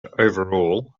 overall